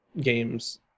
games